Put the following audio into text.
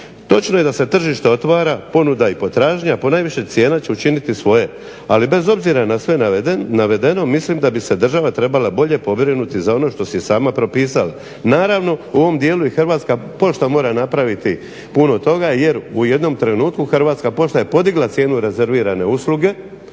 Točno je da se tržište otvara, ponuda i potražnja, a ponajviše cijena će učiniti svoje. Ali bez obzira na sve navedeno mislim da bi se država trebala bolje pobrinuti za ono što si je sama propisala. Naravno u ovom dijelu i Hrvatska pošta mora napraviti puno toga jer u jednom trenutku Hrvatska pošta je podigla cijenu rezervirane usluge